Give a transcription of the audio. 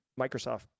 Microsoft